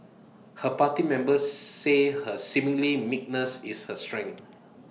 her party members say her seeming meekness is her strength